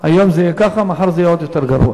היום זה יהיה כך, מחר זה יהיה עוד יותר גרוע.